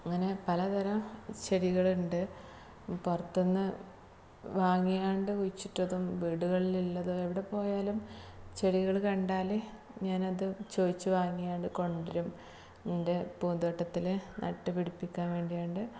അങ്ങനെ പലതരം ചെടികളുണ്ട് പുറത്ത് നിന്ന് വാങ്ങിയത് കൊണ്ട് കുഴിച്ചിട്ടതും വീടുകളിൽ ഉള്ളതും എവിടെ പോയാലും ചെടികൾ കണ്ടാൽ ഞാൻ അത് ചോദിച്ച് വാങ്ങി അത് കൊണ്ടു വരും എന്റെ പൂന്തോട്ടത്തിൽ നട്ടു പിടിപ്പിക്കാന് വേണ്ടിയോണ്ട്